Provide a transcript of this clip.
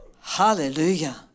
Hallelujah